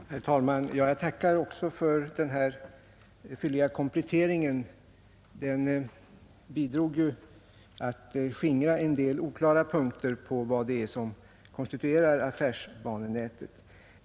Herr talman! Jag tackar också för den här fylliga kompletteringen. Den bidrog till att skingra en del oklara punkter i frågan om vad som konstituerar affärsbanenätet.